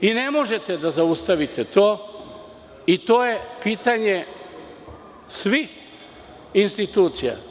I ne možete to da zaustavite, pošto je to pitanje svih institucija.